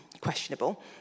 questionable